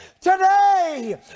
today